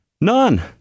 None